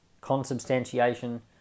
consubstantiation